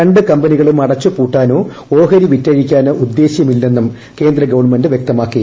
രണ്ട് കമ്പനികളും അടച്ചു പൂട്ടാനോ ഓഹരി വിറ്റഴിക്കാനോ ഉദ്ദേശൃമില്ലെന്നും കേന്ദ്ര ഗവൺമെന്റ് വൃക്തമാക്കി